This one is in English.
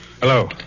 Hello